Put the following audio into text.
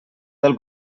del